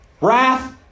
Wrath